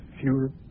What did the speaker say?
fewer